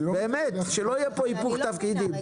באמת, שלא יהיה פה היפוך תפקידים.